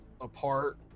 apart